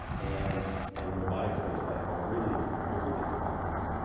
and and robotic space flight are really very different tools.